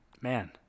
Man